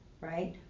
right